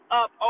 up